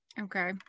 Okay